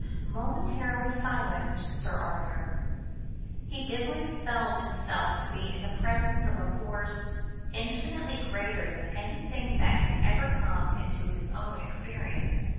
momentarily silenced sir arthur he dimly felt himself to be in the presence of a force infinitely greater than anything that had ever come into his own experience.